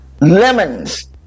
lemons